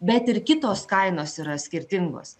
bet ir kitos kainos yra skirtingos